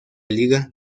liga